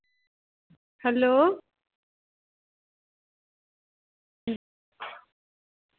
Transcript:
hello